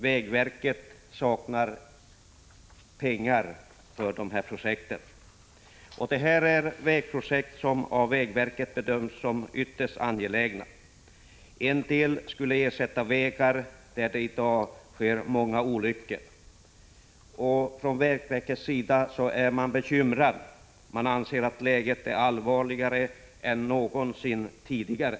Vägverket saknar pengar för dessa vägprojekt, som av verket bedöms som ytterst angelägna. En del vägprojekt skulle t.ex. ersätta vägar där det i dag sker många olyckor. Från vägverkets sida är man bekymrad och anser att läget är allvarligare än någonsin tidigare.